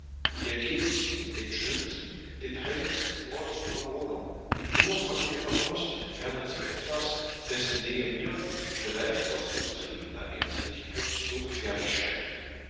geben sie ihm den schönsten den heiligsten ort ihrer wohnung nur von ihrer brust entfernen sie etwas dessen nähe mir vielleicht aus übertriebener ängstlichkeit so gefährlich scheint